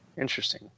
Interesting